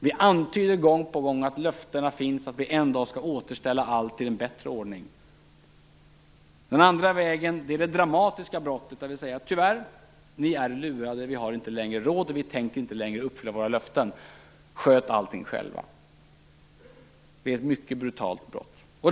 Vi antyder gång på gång att löftena finns, att vi en dag skall återställa allt till en bättre ordning. Den andra vägen är det dramatiska brottet där vi säger: Tyvärr, ni är lurade. Vi har inte längre råd och vi tänker inte längre uppfylla våra löften. Sköt allting själva! Det är ett mycket brutalt brott.